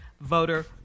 voter